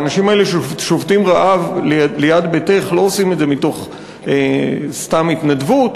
האנשים האלה ששובתים רעב ליד ביתך לא עושים את זה מתוך סתם התנדבות.